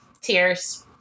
Tears